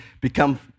become